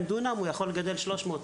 משום שב-200 דונם הוא יכול לגדל רק 300 ראש.